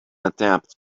attempt